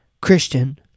Christian